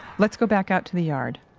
let's go back out to the yard